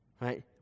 right